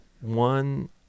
One